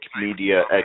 Media